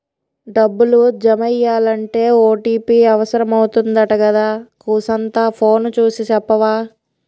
డబ్బులు జమెయ్యాలంటే ఓ.టి.పి అవుసరమంటగదా కూసంతా ఫోను సూసి సెప్పవా